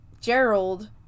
Gerald